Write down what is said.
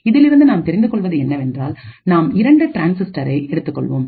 இதிலிருந்து நாம் தெரிந்து கொள்வது என்னவென்றால் நாம் இரண்டு ட்ரான்சிஸ்டரை எடுத்துக்கொள்வோம்